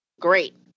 great